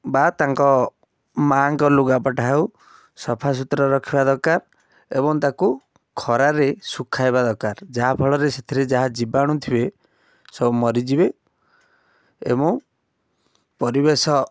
ବା ତାଙ୍କ ମାଙ୍କ ଲୁଗାପଟା ହେଉ ସଫା ସୁତୁରା ରଖିବା ଦରକାର ଏବଂ ତାକୁ ଖରାରେ ଶୁଖାଇବା ଦରକାର ଯାହାଫଳରେ ସେଥିରେ ଯାହା ଜୀବାଣୁ ଥିବେ ସବୁ ମରିଯିବେ ଏବଂ ପରିବେଶ